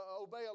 obey